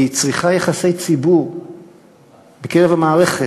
צריכה יחסי ציבור בקרב המערכת.